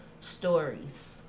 stories